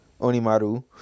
Onimaru